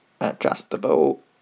adjustable